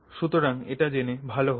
সুতরাং এটা জেনে ভালো হল